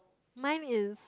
mine is